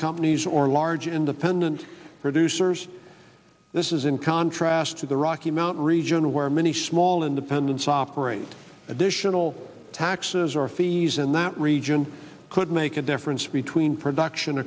companies or large independent producers this is in contrast to the rocky mountain region where many small independents operate additional taxes or fees in that region could make a difference between production